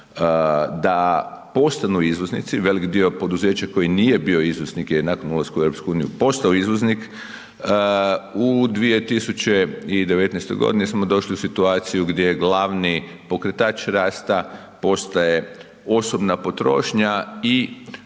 da postanu izvoznici, velik dio poduzeća koji nije bio izvoznik je nakon ulaska u EU postao izvoznik. U 2019. godini smo došli u situaciju gdje je glasni pokretač rasta postaje osobna potrošnja i